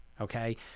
okay